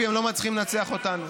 הציבור מממן את ראש הממשלה,